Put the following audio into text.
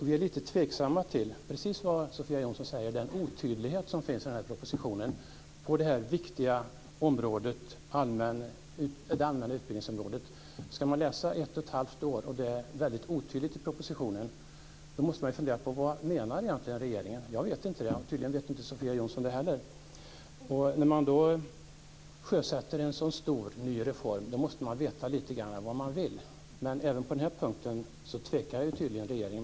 Vi är lite tveksamma till precis det som Sofia Jonsson säger, nämligen den otydlighet som finns i propositionen på det viktiga allmänna utbildningsområdet. Ska man läsa i ett och ett halvt år och det är otydligt i propositionen måste vi fundera på vad regeringen egentligen menar. Jag vet inte det, och tydligen vet inte Sofia Jonsson det heller. När man sjösätter en så stor ny reform måste man veta lite grann vad man vill. Men även på den här punkten tvekar tydligen regeringen.